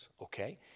okay